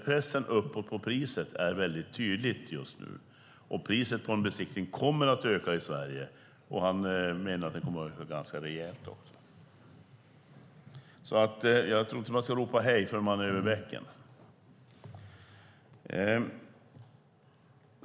Pressen uppåt på priset är väldigt tydlig just nu, och priset på en besiktning kommer att öka i Sverige. Han menade att det kommer att öka ganska rejält. Man ska inte ropa hej förrän man är över bäcken.